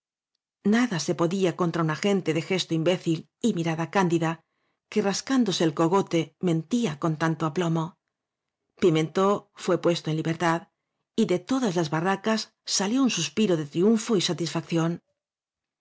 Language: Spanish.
nada se podía contra una gente de gesto imbécil y mirada cndida que rascándose el cogote mentía con tanto aplomo pimentó fué puesto en libertad y de todas las barracas salió un suspiro de triunfo y